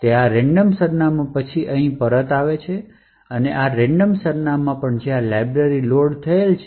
તેથી આ રેન્ડમ સરનામું પછી અહીં પરત આવે છે અને આ રેન્ડમ સરનામાં પર જ્યાં લાઇબ્રેરી લોડ થયેલ છે